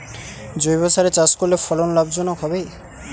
জৈবসারে চাষ করলে ফলন লাভজনক হবে?